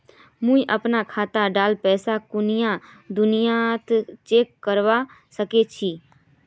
मुई अपना खाता डात पैसा कुनियाँ कुनियाँ चेक करवा सकोहो ही?